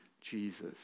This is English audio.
Jesus